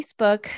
Facebook